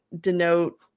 denote